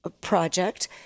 project